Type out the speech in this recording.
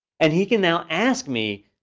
and he can now ask me,